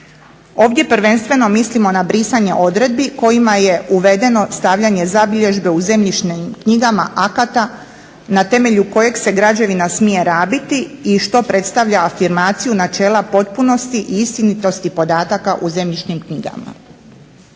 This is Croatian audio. Ovdje prvenstveno mislimo na brisanje odredbi kojima je uvedeno stavljanje zabilježbe u zemljišnim knjigama akata na temelju kojeg se građevina smije rabiti i što predstavlja afirmaciju načela potpunosti i istinitosti podataka u zemljišnim knjigama.